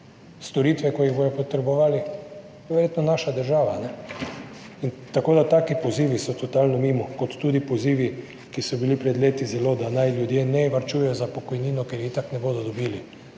storitve, ko jih bodo potrebovali. Verjetno naša država. Tako da so taki pozivi totalno mimo, kot tudi pozivi, ki so bili pred leti zelo, da naj ljudje ne varčujejo za pokojnino, ker je itak ne bodo dobili.